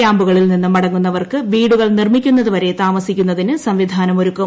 കൃാമ്പുകളിൽ നിന്ന് മടങ്ങുന്നവർക്ക് വീടുകൾ നിർമിക്കുന്നതുവരെ താമസിക്കൂന്നതിന് സംവിധാനം ഒരുക്കും